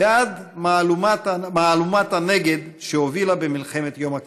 ועד מהלומת הנגד שהובילה במלחמת יום הכיפורים.